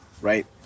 right